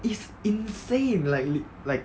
it's insane like lit~ like